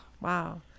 Wow